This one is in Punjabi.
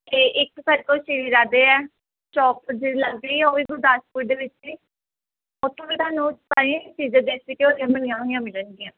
ਅਤੇ ਇੱਕ ਸਾਡੇ ਕੋਲ ਸ਼੍ਰੀ ਰਾਧੇ ਹੈ ਚੌਂਕ ਦੇ ਲਾਗੇ ਉਹ ਵੀ ਗੁਰਦਾਸਪੁਰ ਦੇ ਵਿੱਚ ਹੀ ਉਥੋਂ ਵੀ ਤੁਹਾਨੂੰ ਸਾਰੀਆਂ ਹੀ ਚੀਜ਼ਾਂ ਦੇਸੀ ਘਿਓ ਦੀਆਂ ਬਣੀਆਂ ਹੋਈਆਂ ਮਿਲਣਗੀਆਂ